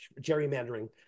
gerrymandering